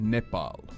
Nepal